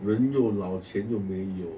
人又老钱又没有